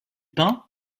peint